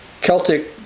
Celtic